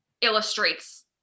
illustrates